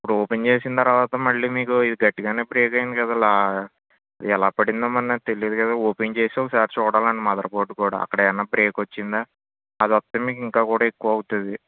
ఇప్పుడు ఓపెన్ చేసిన తర్వాత మళ్ళీ మీకు ఇది గట్టిగానే ప్రైస్ అయింది కదా ఎలా పడిందో మరి నాకు తెలియదు కదా ఓపెన్ చేసి ఒకసారి చూడాలండి మదర్ బోర్డు కూడా ఎక్కడైనా బ్రేక్ వచ్చిందా అది వస్తే మీకు ఇంకా కూడా ఎక్కువ అవుతుంది